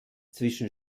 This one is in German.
zwischen